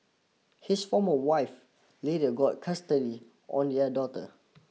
his former wife later got custody on their daughter